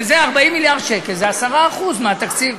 וזה, 40 מיליארד שקל הם 10% מהתקציב.